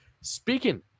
speaking